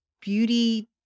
beauty